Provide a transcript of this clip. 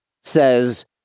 says